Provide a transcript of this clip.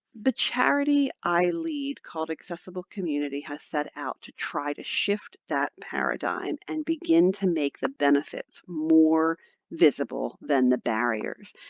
the charity i lead, called accessible community, has set out to try to shift that paradigm and begin to make the benefits more visible than the barriers.